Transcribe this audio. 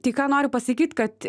tai ką noriu pasakyt kad